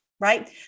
right